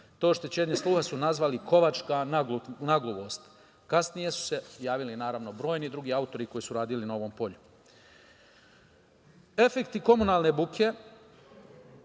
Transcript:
To oštećenje sluha su nazvali kovačka nagluvost. Kasnije su se javili, naravno, brojni drugi autori koji su radili na ovom polju. Efekti komunalne buke,